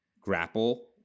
grapple